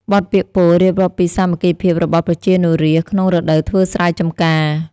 បទពាក្យពោលរៀបរាប់ពីសាមគ្គីភាពរបស់ប្រជានុរាស្ត្រក្នុងរដូវធ្វើស្រែចម្ការ។